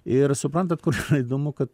ir suprantat kur įdomu kad